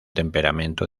temperamento